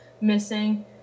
missing